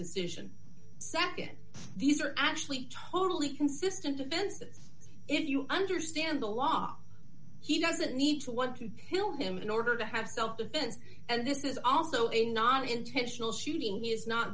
decision nd these are actually totally consistent offenses if you understand the law he doesn't need to want to kill him in order to have self defense and this is also a not intentional shooting he is not